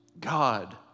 God